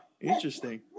interesting